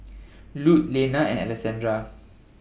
Lute Lenna and Alessandra